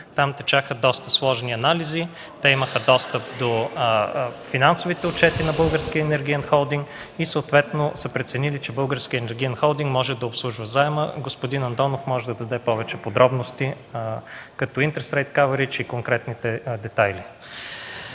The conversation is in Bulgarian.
Там течаха доста сложни анализи, те имаха достъп до финансовите отчети на Българския енергиен холдинг и съответно са преценили, че Българският енергиен холдинг може да обслужва заема. Господин Андонов може да даде повече подробности като интерфейс кавърич и конкретните детайли.